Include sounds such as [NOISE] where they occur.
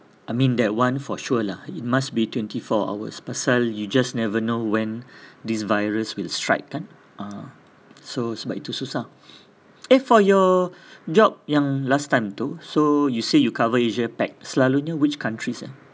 I mean that [one] for sure lah it must be twenty four hours pasal you just never know when [BREATH] this virus will strike kan ah so sebab itu susah [BREATH] eh for your job yang last time tu so you say you cover asia pac selalunye which countries ah